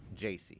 JC